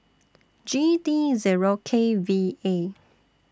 G D Zero K V A